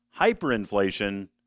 hyperinflation